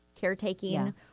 caretaking